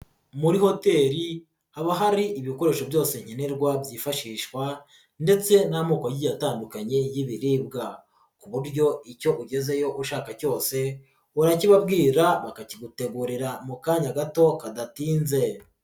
Muri hoteli haba hari ibikoresho byose nkenerwa byifashishwa ndetse n'amoko agiye atandukanye y'ibiribwa ku buryo icyo ugezeyo ushaka cyose urakibabwira bakakigutegurira mu kanya gato kadatinze.